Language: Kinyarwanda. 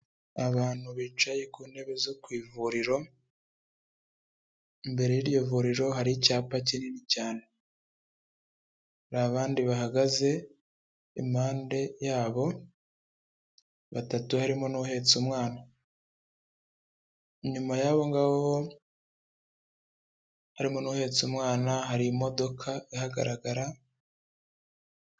Abantu bicaye ku ntebe zo ku ivuriro, imbere y'iryo vuriro hari icyapa kinini cyane, hari abandi bahagaze impande yabo, batatu harimo n'uhetse umwana, unyuma y'abo ngabo, harimo n'uhetse umwana hari imodoka ihagaragara.